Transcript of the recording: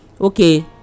okay